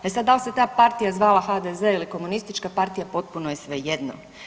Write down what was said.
E sad dal se ta parija zvala HDZ ili komunistička partija potpuno je svejedno.